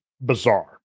bizarre